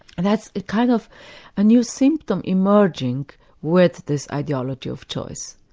and that's the kind of a new symptom emerging with this ideology of choice.